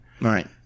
Right